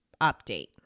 update